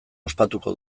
ospatuko